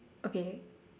okay